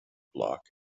block